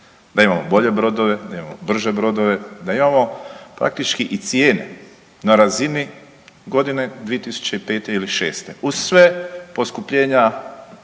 da imamo bolje brodove, da imamo brže brodove, da imamo praktički i cijene na razini godine 2005. ili šeste uz sva poskupljenja